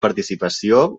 participació